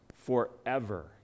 forever